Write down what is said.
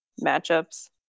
matchups